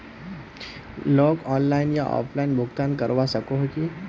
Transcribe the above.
Loan online या offline भुगतान करवा सकोहो ही?